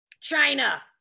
China